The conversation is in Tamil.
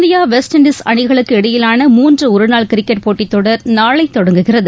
இந்தியா வெஸ்ட் இன்உஸ் அணிகளுக்கு இடையிலான மூன்று ஒருநாள் கிரிக்கெட் போட்டித் தொடர் நாளை தொடங்குகிறது